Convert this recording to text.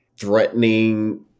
threatening